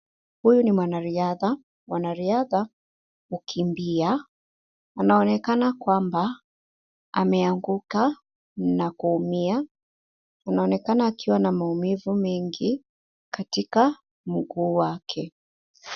Huyu ni mwanariadha. Mwanariadha hukimbia, anaonekana kwamba ameanguka na kuumia. Anaonekana akiwa na maumivu mengi katika mguu wake.